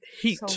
Heat